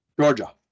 Georgia